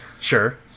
Sure